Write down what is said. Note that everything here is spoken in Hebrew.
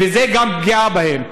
וגם זו פגיעה בהם.